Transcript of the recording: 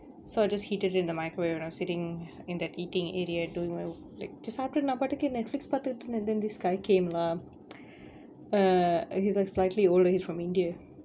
so I just heated it in the microwave and I was sitting in that eating area doing my work வெச்சு சாப்டுட்டு நா பாட்டுக்கு:vechu saaptuttu naa paatukku netflix பாத்துட்டு இருந்தேன்:pathuttu irunthaen and then this guy came lah uh he's like slightly older he's from india